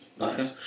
okay